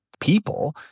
people